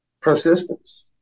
Persistence